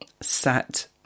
sat